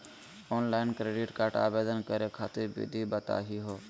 Online credit card आवेदन करे खातिर विधि बताही हो?